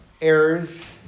errors